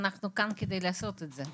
אנחנו כאן כדי לעשות את זה.